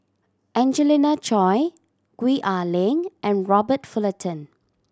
Angelina Choy Gwee Ah Leng and Robert Fullerton